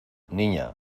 niña